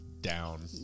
down